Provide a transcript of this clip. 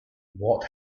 what